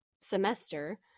semester